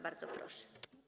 Bardzo proszę.